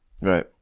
Right